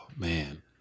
Man